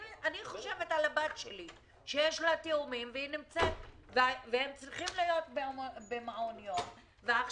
אני חושבת על הבת שלי שיש לה תאומים והם צריכים להיות במעון יום ועכשיו